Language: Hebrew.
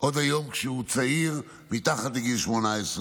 עוד היום, כשהוא צעיר, מתחת לגיל 18,